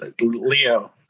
Leo